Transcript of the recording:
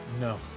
No